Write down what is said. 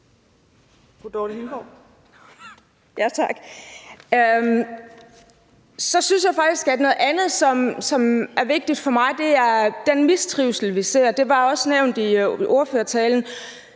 Hindborg (S): Tak. Noget andet, som er vigtigt for mig, er den mistrivsel, vi ser. Det var også nævnt i ordførertalen.